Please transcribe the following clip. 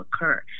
occur